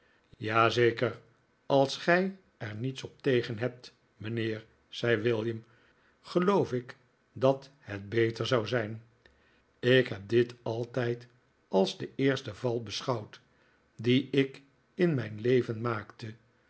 zeker als gii er niets op tegen hebt mijnheer zei william geloof ik dat het beter zou zijn ik heb dit altijd als den eersten val beschouwd dien ik in mijn leven maakte